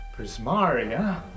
Prismaria